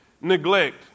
Neglect